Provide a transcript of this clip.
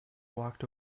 walked